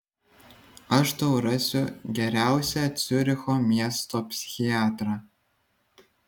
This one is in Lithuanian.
aš tau rasiu geriausią ciuricho miesto psichiatrą